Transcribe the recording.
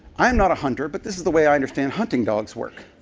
i am not a hunter, but this is the way i understand hunting dogs work